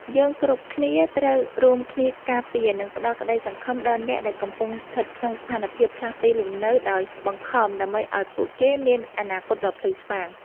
យើងគ្រប់គ្នាត្រូវរួមគ្នាការពារ និងផ្តល់ក្តីសង្ឃឹមដល់អ្នកដែលកំពុងស្ថិតក្នុងស្ថានភាពផ្លាស់ទីលំនៅដោយបង្ខំ ដើម្បីឱ្យពួកគេមានអនាគតដ៏ភ្លឺស្វាង។